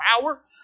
power